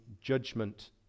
judgment